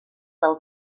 del